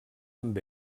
amb